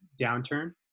downturn